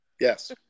Yes